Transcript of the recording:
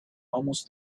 almost